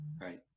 Right